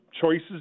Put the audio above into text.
choices